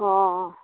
অ